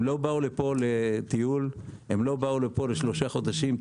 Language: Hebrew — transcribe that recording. הם לא באו לפה לטיול, לא באו לשלושה חודשים.